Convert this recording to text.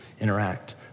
interact